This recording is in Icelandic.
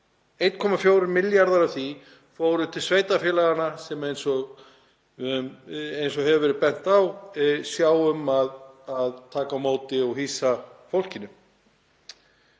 1,4 milljarðar af því fóru til sveitarfélaganna sem eins og hefur verið bent á sjá um að taka á móti og hýsa fólkið.